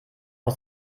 aus